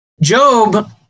Job